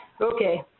Okay